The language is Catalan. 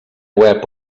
web